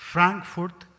Frankfurt